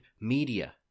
media